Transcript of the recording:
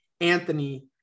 Anthony